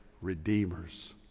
Redeemer's